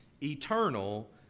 eternal